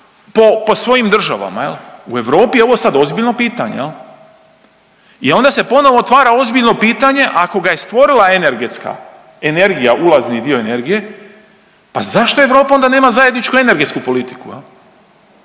po svojim državama u Europi je ovo sad ozbiljno pitanje. I onda se ponovo otvara ozbiljno pitanje ako ga je stvorila energetska, energija ulazni dio energije pa zašto Europa onda nema zajedničku energetsku politiku ako